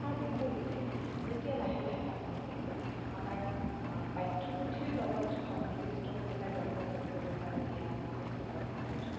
তাৰ বিপৰীতে যেতিয়া লাহে লাহে ডাঙৰ হ'লোঁ আমাৰ আ পাঠ্যপুথিৰ লগত সন্নিৱিষ্ট হৈ এটা গল্প পঢ়িবলৈ পালোঁ সেয়া আছিলে বৰ্ণবোধ